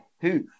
hoof